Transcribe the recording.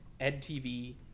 EdTV